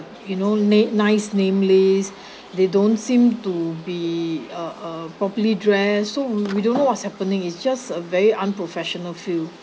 you know na~ nice name list they don't seem to be uh properly dress so we don't know what's happening it's just a very unprofessional feel